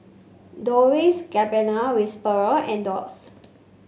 Dolce Gabbana Whisper and Doux